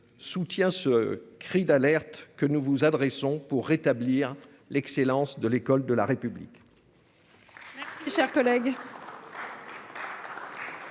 Soutient ce cri d'alerte que nous vous adressons pour rétablir l'excellence de l'école de la République. Chers collègues.